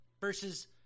versus